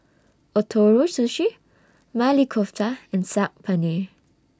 Ootoro Sushi Maili Kofta and Saag Paneer